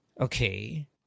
Okay